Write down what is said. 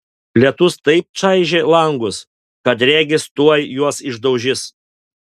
lietus taip čaižė langus kad regis tuoj juos išdaužys